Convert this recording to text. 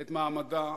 את מעמדה.